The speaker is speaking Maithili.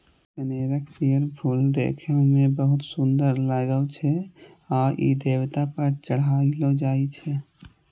कनेरक पीयर फूल देखै मे बहुत सुंदर लागै छै आ ई देवता पर चढ़ायलो जाइ छै